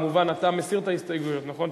אתה, כמובן, מסיר את ההסתייגויות, נכון?